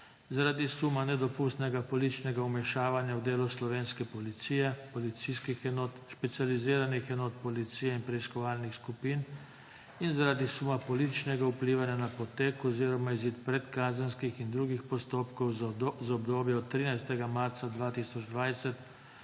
zaradi suma nedopustnega političnega vmešavanja v delo slovenske policije, policijskih enot, specializiranih enot policije in preiskovalnih skupin in zaradi suma političnega vplivanja na potek oziroma izid predkazenskih in drugih postopkov za obdobje od 13. marca 2020